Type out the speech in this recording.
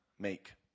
make